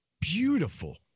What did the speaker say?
beautiful